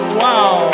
wow